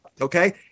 Okay